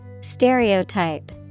Stereotype